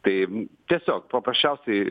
tai tiesiog paprasčiausiai